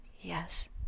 Yes